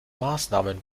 maßnahmen